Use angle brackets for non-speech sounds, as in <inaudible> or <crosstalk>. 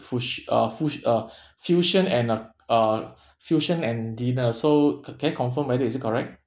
fus~ uh fus~ uh <breath> fusion and a a <breath> fusion and dinner so c~ can I confirm whether is it correct